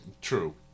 True